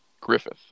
Griffith